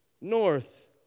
North